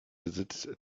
besitzt